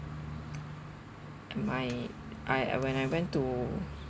my I ah when I went to